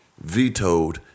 vetoed